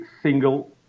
single